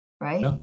right